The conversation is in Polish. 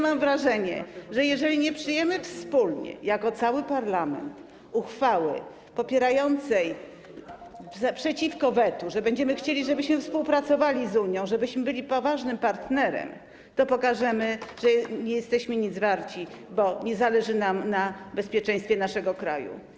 Mam wrażenie, że jeżeli nie przyjmiemy wspólnie, jako cały parlament, uchwały przeciwko wetu - chodzi o to, żebyśmy współpracowali z Unią, żebyśmy byli poważnym partnerem - to pokażemy, że nie jesteśmy nic warci, bo nie zależy nam na bezpieczeństwie naszego kraju.